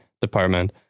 department